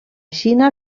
xina